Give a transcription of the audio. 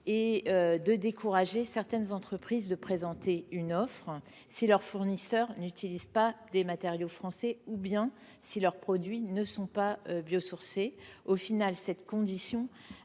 de décourager certaines entreprises de présenter une offre si leurs fournisseurs n’utilisaient pas de matériaux français ou si leurs produits n’étaient pas biosourcés. Finalement, l’imposition